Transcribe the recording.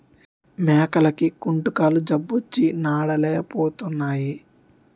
మేకలకి కుంటుకాలు జబ్బొచ్చి నడలేపోతున్నాయి